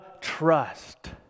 trust